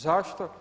Zašto?